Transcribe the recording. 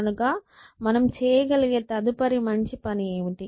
కనుక మనం చేయగలిగే తదుపరి మంచి పని ఏమిటి